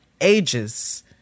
ages